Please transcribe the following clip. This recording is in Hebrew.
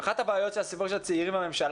שאחת הבעיות של הסיפור של הצעירים בממשלה